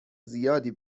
زیادی